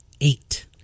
eight